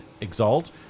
Exalt